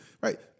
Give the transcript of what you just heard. right